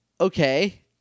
okay